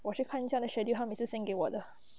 我去看一下那 schedule 他每次 send 给我的